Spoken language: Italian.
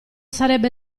sarebbe